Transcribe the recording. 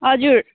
हजुर